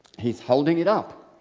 he's holding it up.